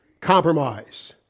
compromise